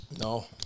No